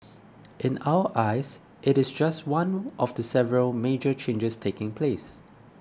in our eyes it is just one of the several major changes taking place